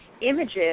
images